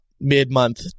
mid-month